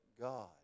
God